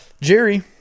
Jerry